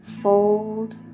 fold